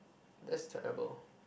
that's terrible